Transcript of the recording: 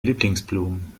lieblingsblumen